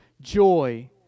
joy